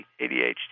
ADHD